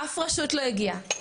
אף רשות לא הגיעה,